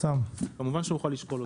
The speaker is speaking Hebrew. כמובן שנוכל לשקול אותו.